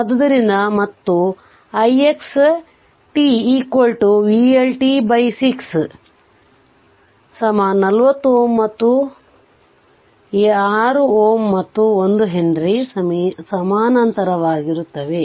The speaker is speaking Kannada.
ಆದ್ದರಿಂದ ಮತ್ತು ix vL 6 40Ω ಮತ್ತು ಈ 6 Ω ಮತ್ತು 1 ಹೆನ್ರಿ ಸಮಾನಾಂತರವಾಗಿರುತ್ತೇನೆ